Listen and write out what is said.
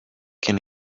can